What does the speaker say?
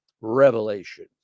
revelation